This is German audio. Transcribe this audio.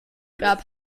gab